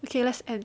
okay let's end